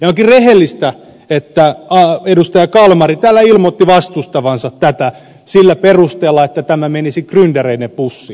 onkin rehellistä että edustaja kalmari täällä ilmoitti vastustavansa tätä sillä perusteella että tämä menisi gryndereiden pussiin